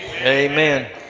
Amen